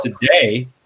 today